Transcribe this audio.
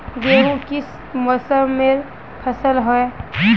गेहूँ किस मौसमेर फसल होय?